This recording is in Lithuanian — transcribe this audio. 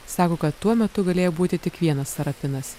sako kad tuo metu galėjo būti tik vienas sarapinas